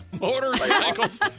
Motorcycles